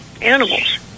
animals